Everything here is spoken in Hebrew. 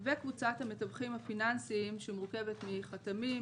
וקבוצת המתווכים הפיננסיים שמורכבת מחתמים,